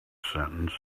sentence